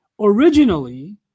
Originally